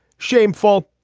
shameful.